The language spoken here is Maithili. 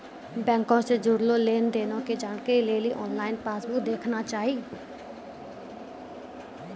बैंको से जुड़लो लेन देनो के जानकारी लेली आनलाइन पासबुक देखना चाही